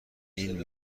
این